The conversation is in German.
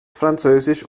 französisch